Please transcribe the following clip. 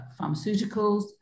pharmaceuticals